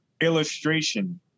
illustration